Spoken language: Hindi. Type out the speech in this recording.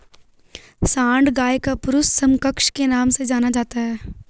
सांड गाय का पुरुष समकक्ष के नाम से जाना जाता है